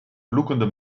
vloekende